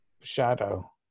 shadow